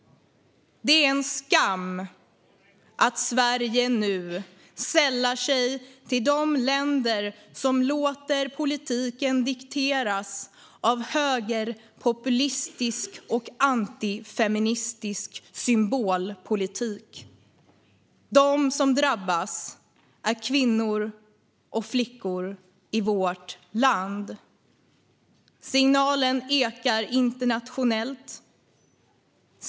Det är en skam att Sverige nu sällar sig till de länder som låter politiken dikteras av högerpopulistisk och antifeministisk symbolpolitik. De som drabbas är kvinnor och flickor i vårt land. Signalen ekar internationellt.